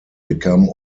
become